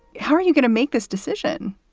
how are you going to make this decision?